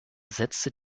setzte